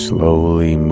Slowly